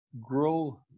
Grow